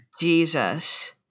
Jesus